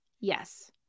Yes